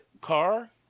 car